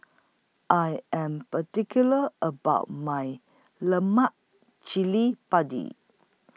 I Am particular about My Lemak Cili Padi